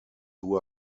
who